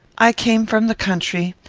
i came from the country.